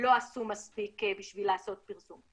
לא עשו מספיק בשביל לעשות פרסום.